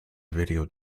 video